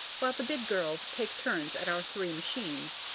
while the big girls take turns at our three machines.